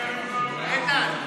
איתן,